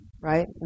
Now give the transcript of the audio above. right